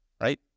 right